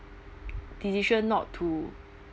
decision not to